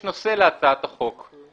יש נושא להצעת החוק.